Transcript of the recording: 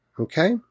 Okay